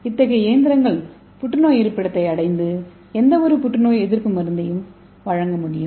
இத்தகைய இயந்திரங்கள் புற்றுநோய் இருப்பிடத்தை அடைந்து எந்தவொரு புற்றுநோய் எதிர்ப்பு மருந்தையும் வழங்க முடியும்